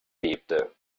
bebte